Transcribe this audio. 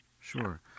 Sure